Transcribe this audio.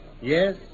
Yes